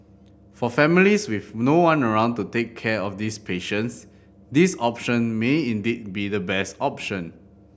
for families with no one around to take care of these patients this option may indeed be the best option